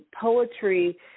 Poetry